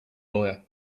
lawyer